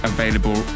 Available